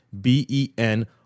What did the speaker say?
B-E-N